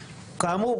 כאמור,